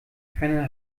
keine